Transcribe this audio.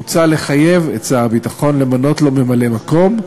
מוצע לחייב את שר הביטחון למנות לו ממלא-מקום,